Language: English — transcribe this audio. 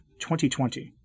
2020